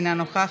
אינה נוכחת,